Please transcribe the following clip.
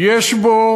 יש בו